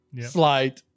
Slide